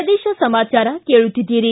ಪ್ರದೇಶ ಸಮಾಚಾರ ಕೇಳುತ್ತಿದ್ದೀರಿ